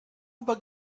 über